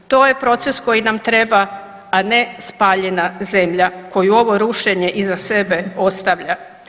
To je proces koji nam treba, a ne spaljena zemlja koju ovo rušenje iza sebe ostavlja.